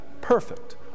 perfect